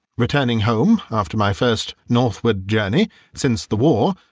returning home after my first northward journey since the war,